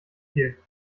viel